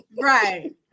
Right